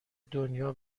دنیا